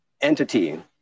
entity